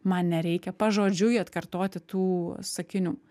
man nereikia pažodžiui atkartoti tų sakinių